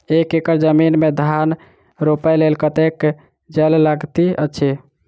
एक एकड़ जमीन मे धान रोपय लेल कतेक जल लागति अछि?